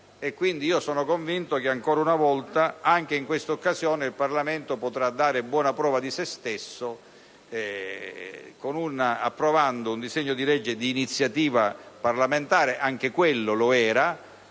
quindi convinto che, ancora una volta, anche in quest'occasione il Parlamento potrà dare buona prova di sé approvando un disegno di legge di iniziativa parlamentare - anche quello della